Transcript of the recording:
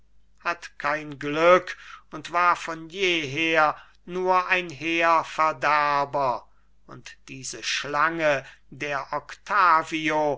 hat kein glück und war von jeher nur ein heerverderber und diese schlange der octavio